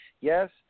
Yes